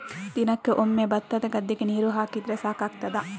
ದಿನಕ್ಕೆ ಒಮ್ಮೆ ಭತ್ತದ ಗದ್ದೆಗೆ ನೀರು ಹಾಕಿದ್ರೆ ಸಾಕಾಗ್ತದ?